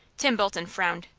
tim bolton frowned.